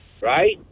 right